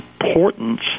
importance